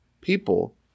people